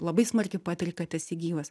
labai smarkiai patiri kad esi gyvas